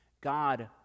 God